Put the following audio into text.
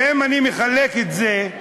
אם אני מחלק את זה,